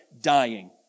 dying